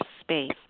space